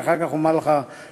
ואחר כך אומר לך שניים,